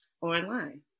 online